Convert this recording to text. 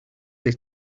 they